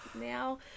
now